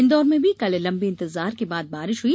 इन्दौर में भी कल लंबे इंतजार के बाद बारिश हुई